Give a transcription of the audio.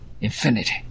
infinity